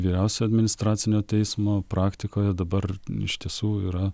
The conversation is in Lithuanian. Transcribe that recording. vyriausio administracinio teismo praktikoje dabar iš tiesų yra